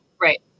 right